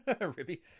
Ribby